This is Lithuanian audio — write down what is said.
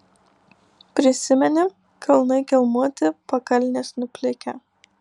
prisimeni kalnai kelmuoti pakalnės nuplikę